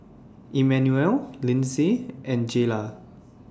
Emmanuel Lindsay and Jayla